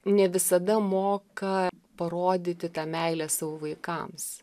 ne visada moka parodyti tą meilę savo vaikams